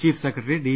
chief secretary D